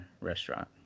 restaurant